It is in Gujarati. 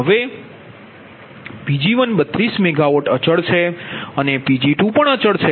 હવે Pg1 32 MW અચલ છે અને Pg2 પણ અચલ છે